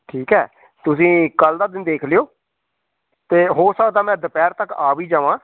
ਠੀਕ ਹੈ ਤੁਸੀਂ ਕੱਲ੍ਹ ਦਾ ਦਿਨ ਦੇਖ ਲਿਉ ਅਤੇ ਹੋ ਸਕਦਾ ਮੈਂ ਦੁਪਹਿਰ ਤੱਕ ਆ ਵੀ ਜਾਵਾਂ